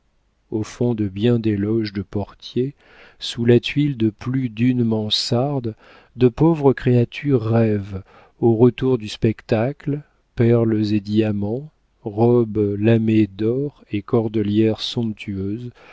au fond de bien des loges de portiers sous la tuile de plus d'une mansarde de pauvres créatures rêvent au retour du spectacle perles et diamants robes lamées d'or et cordelières somptueuses